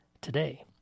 today